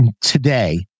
today